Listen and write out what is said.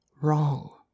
wrong